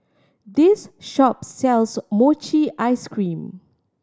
this shop sells mochi ice cream